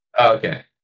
okay